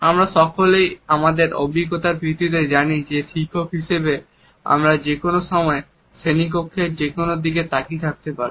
আমরা সকলেই আমাদের অভিজ্ঞতার ভিত্তিতে জানি যে শিক্ষক হিসেবে আমরা যেকোন সময় শ্রেণিকক্ষের যে কোন দিকে তাকিয়ে থাকতে পারি